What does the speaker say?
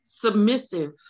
submissive